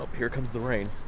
ah here comes the rain.